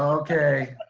okay.